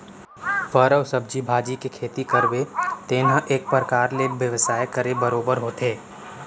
फर अउ सब्जी भाजी के खेती करबे तेन ह एक परकार ले बेवसाय करे बरोबर होथे